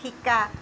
শিকা